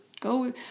go